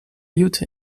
lute